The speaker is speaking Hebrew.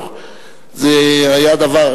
וזה היה לפני 15 שנה.